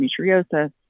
endometriosis